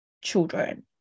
children